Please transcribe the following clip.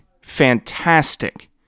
fantastic